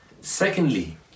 Secondly